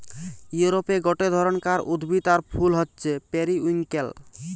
ইউরোপে গটে ধরণকার উদ্ভিদ আর ফুল হচ্ছে পেরিউইঙ্কেল